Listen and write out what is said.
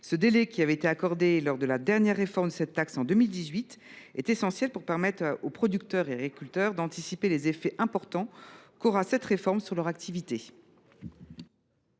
Ce délai, qui avait été accordé lors de la dernière réforme de cette taxe, en 2018, est essentiel pour permettre aux industriels et aux agriculteurs d’anticiper les effets importants qu’aura cette réforme sur leur activité.